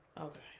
Okay